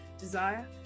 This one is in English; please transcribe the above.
desire